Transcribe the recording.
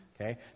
Okay